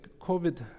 COVID